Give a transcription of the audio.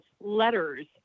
letters